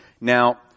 Now